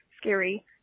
scary